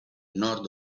nord